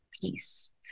peace